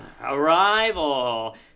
Arrival